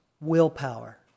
willpower